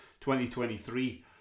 2023